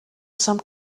some